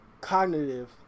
cognitive